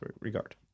regard